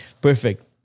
Perfect